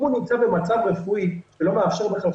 אם הוא נמצא במצב רפואי שלא מאפשר בכלל חקירה,